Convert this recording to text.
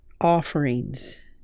offerings